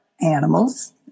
animals